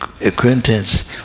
acquaintance